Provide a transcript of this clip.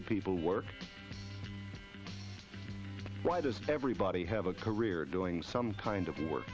working people work why does everybody have a career doing some kind of work